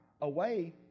away